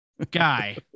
Guy